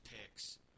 picks